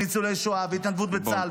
על ניצולי שואה ועל התנדבות בצה"ל,